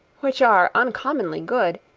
which are uncommonly good,